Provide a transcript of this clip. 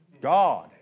God